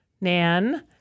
Nan